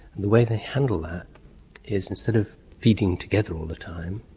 and the way they handle that is, instead of feeding together all the time,